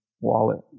wallet